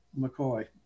McCoy